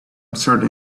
certain